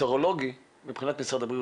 סרולוגי מבחינת משרד הבריאות,